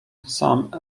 some